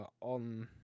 on